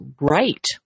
right